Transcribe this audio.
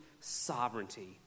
sovereignty